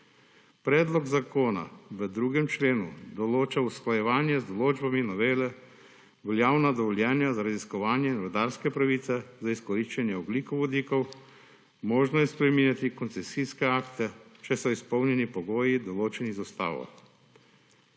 Predlog zakona v 2. členu določa usklajevanje z določbami novele veljavnega dovoljenja za raziskovanje in rudarske pravice za izkoriščanje ogljikovodikov, možno je spreminjati koncesijske akte, če so izpolnjeni pogoji, določeni z ustavo.